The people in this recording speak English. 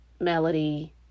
Melody